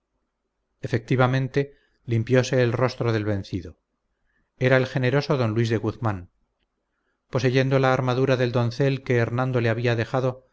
efectivamente limpióse el rostro del vencido era el generoso don luis de guzmán poseyendo la armadura del doncel que hernando le había dejado